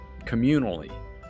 communally